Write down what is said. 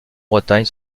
bretagne